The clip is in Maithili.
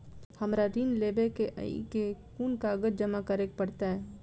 हमरा ऋण लेबै केँ अई केँ कुन कागज जमा करे पड़तै?